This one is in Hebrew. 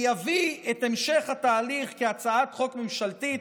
להביא בהמשך התהליך הצעת חוק ממשלתית